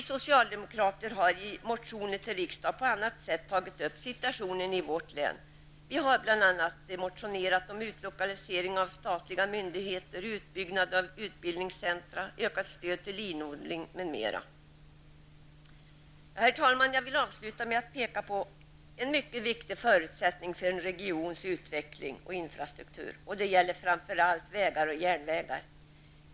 Vi socialdemokrater har motioner till riksdagen och på annat sätt tagit upp situationen i vårt län. Vi har bl.a. motionerat om utlokalisering av statliga myndigheter, utbyggnad av utbildningscentra, om ökat stöd till linodling m.m. Herr talman! Jag vill avsluta med att peka på en mycket viktig förutsättning för en regions utveckling, infrastrukturen. Det gäller framför allt satsning på vägar och järnvägar.